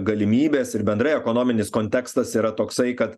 galimybės ir bendrai ekonominis kontekstas yra toksai kad